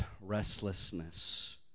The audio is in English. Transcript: restlessness